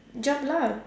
jump lah